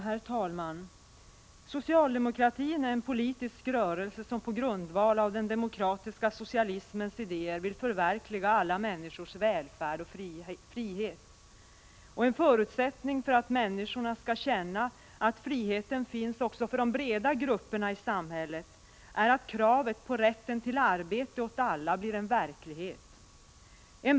Herr talman! Socialdemokratin är en politisk rörelse som på grundval av den demokratiska socialismens idéer vill förverkliga alla människors välfärd och frihet. En förutsättning för att människorna skall känna att friheten finns också för de breda grupperna i samhället är att kravet på rätten till arbete för alla blir en verklighet.